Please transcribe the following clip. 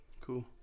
Cool